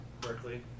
Berkeley